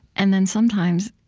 and then, sometimes,